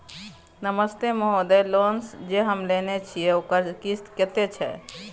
नमस्ते महोदय, लोन जे हम लेने छिये ओकर किस्त कत्ते छै?